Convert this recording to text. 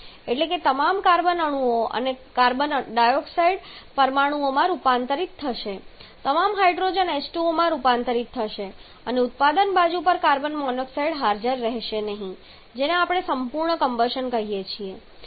એટલે કે તમામ કાર્બન અણુઓ કાર્બન ડાયોક્સાઇડ પરમાણુઓમાં રૂપાંતરિત થશે તમામ હાઇડ્રોજન H2O પરમાણુમાં રૂપાંતરિત થશે અને ઉત્પાદન બાજુ પર કાર્બન મોનોક્સાઇડ હાજર રહેશે નહીં જેને આપણે સંપૂર્ણ કમ્બશન કહીએ છીએ